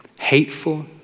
hateful